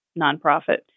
nonprofit